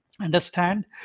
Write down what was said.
understand